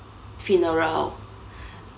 funeral